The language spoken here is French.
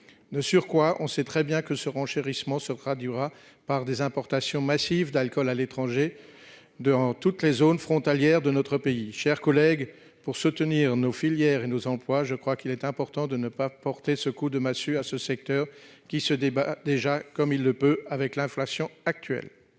De surcroît, nous savons très bien que ce renchérissement se traduira par des importations massives d'alcool depuis l'étranger, dans toutes les zones frontalières de notre pays. « Chers collègues, pour soutenir nos filières et nos emplois, je crois qu'il est important de ne pas porter ce coup de massue à un secteur qui se débat déjà, comme il le peut, avec l'inflation actuelle.